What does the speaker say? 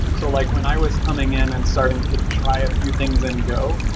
so like when i was coming in and starting to try a few things in go,